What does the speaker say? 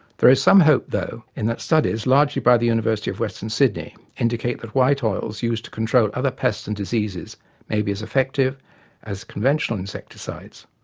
there is some hope, though, in that studies, largely by the university of western sydney, indicate that white oils used to control other pests and diseases may be as effective as conventional insecticides,